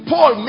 Paul